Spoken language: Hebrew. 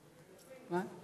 מה?